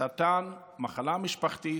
הסרטן הוא מחלה משפחתית,